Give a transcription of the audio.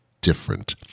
different